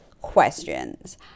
questions